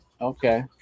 Okay